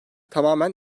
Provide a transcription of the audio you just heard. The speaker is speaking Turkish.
tamamen